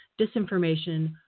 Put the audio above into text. disinformation